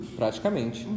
praticamente